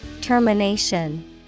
Termination